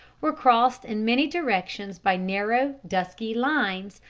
were crossed in many directions by narrow, dusky lines,